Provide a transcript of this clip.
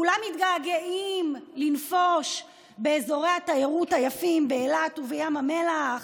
כולם מתגעגעים לנפוש באזורי התיירות היפים באילת ובים המלח.